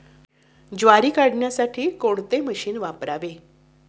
ज्वारी काढण्यासाठी कोणते मशीन वापरावे?